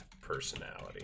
personality